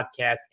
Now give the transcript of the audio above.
podcast